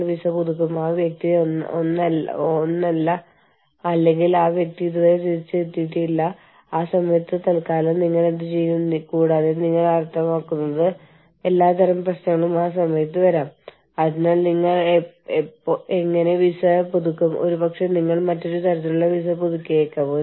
പ്രായോഗികമായി യൂണിയനുകൾ multi national എന്റർപ്രൈസുകളെ കാണുന്നത് കുറഞ്ഞ സാമൂഹിക പരിരക്ഷകളും കുറഞ്ഞ വേതനവും ആനുകൂല്യങ്ങളും ഉള്ള രാജ്യങ്ങളിൽ ജോലി കണ്ടെത്താൻ കഴിയുകയും എന്നാൽ ശക്തമായ യൂണിയനുകൾ ശക്തമായ സംരക്ഷണം ഉയർന്ന വേതനവും ആനുകൂല്യങ്ങളും ഉള്ള രാജ്യങ്ങളിൽ നിന്ന് അകന്നുനിൽക്കുന്ന ഒന്നായിട്ടുമാണ്